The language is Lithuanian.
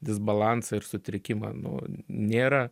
disbalansą ir sutrikimą nu nėra